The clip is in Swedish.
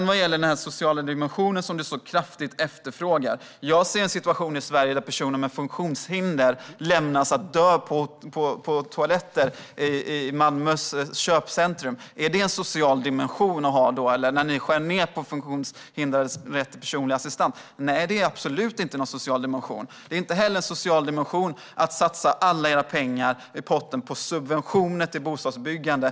Vad gäller den sociala dimensionen, som du så kraftigt efterfrågar, ser jag en situation i Sverige där personer med funktionshinder lämnas att dö på en toalett i ett köpcentrum i Malmö. Är det en social dimension när ni skär ned på funktionshindrades rätt till assistans? Nej, det är absolut inte någon social dimension. Det är inte heller en social dimension att satsa alla pengar i potten på subventioner till bostadsbyggande.